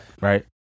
Right